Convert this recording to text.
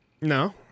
no